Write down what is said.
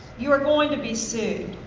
you are going to be saved.